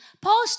Paul